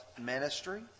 ministry